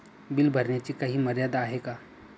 Bill भरण्याची काही मर्यादा आहे का?